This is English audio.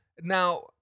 now